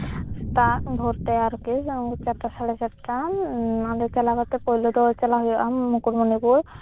ᱥᱮᱛᱟᱜ ᱵᱷᱳᱨᱛᱮ ᱟᱨᱠᱤ ᱚᱱᱠᱟ ᱪᱟᱴᱴᱟ ᱥᱟᱲᱮ ᱪᱟᱴᱴᱟ ᱚᱸᱰᱮ ᱪᱟᱞᱟᱣ ᱠᱟᱛᱮ ᱯᱳᱭᱞᱳ ᱫᱚ ᱪᱟᱞᱟᱣ ᱦᱩᱭᱩᱜᱼᱟ ᱢᱩᱠᱩᱴᱢᱩᱱᱤᱯᱩᱨ